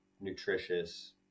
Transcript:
nutritious